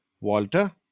Walter